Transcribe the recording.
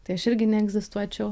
tai aš irgi neegzistuočiau